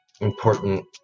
important